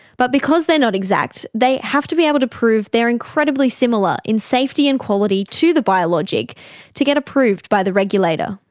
but because they are not exact, they have to be able to prove they are incredibly similar in safety and quality to the biologic to get approved by the regulator.